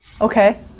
Okay